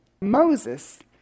Moses